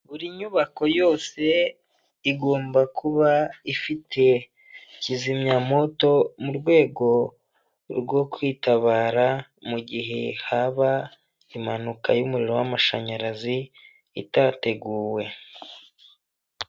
Buri nyubako yose igomba kuba ifite kizimyamoto mu rwego rwo kwitabara mu gihe haba impanuka y'umuriro w'amashanyarazi itateguwe.